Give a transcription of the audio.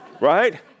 right